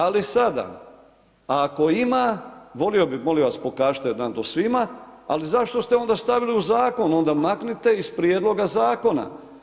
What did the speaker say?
Ali sada ako ima, molim vas pokažite nam to svima, ali zašto ste onda stavili u zakon, onda maknite iz prijedloga zakona.